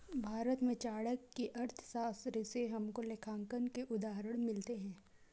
भारत में चाणक्य की अर्थशास्त्र से हमको लेखांकन के उदाहरण मिलते हैं